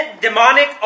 demonic